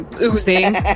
oozing